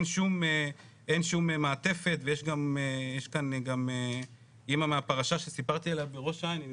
אין שום מעטפת ויש כאן גם אמא מהפרשה שסיפרתי עליה בראש העין,